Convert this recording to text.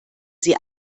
sie